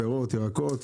פירות, ירקות,